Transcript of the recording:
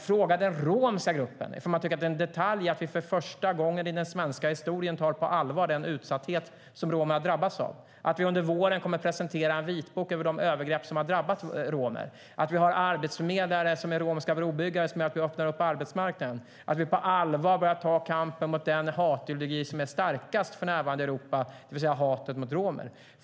Fråga den romska gruppen ifall de tycker att det är en detalj att vi för första gången i den svenska historien tar den utsatthet som romer har drabbats av på allvar, att vi under våren kommer att presentera en vitbok över de övergrepp som har drabbat romer, att vi har arbetsförmedlare som är romska brobyggare som gör att vi öppnar arbetsmarknaden och att vi på allvar börjar ta kampen mot den hatideologi som för närvarande är starkast i Europa, det vill säga hatet mot romer!